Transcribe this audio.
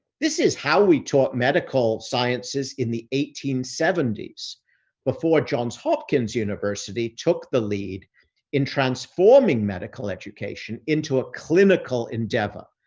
this is how we taught medical sciences in the eighteen seventy s before johns hopkins university took the lead in transforming medical education into a clinical endeavor.